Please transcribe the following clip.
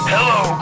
Hello